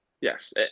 Yes